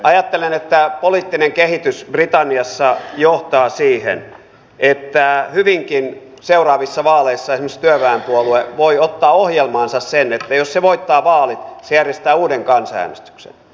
ajattelen että poliittinen kehitys britanniassa johtaa siihen että hyvinkin seuraavissa vaaleissa esimerkiksi työväenpuolue voi ottaa ohjelmaansa sen että jos se voittaa vaalit se järjestää uuden kansanäänestyksen